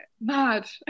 mad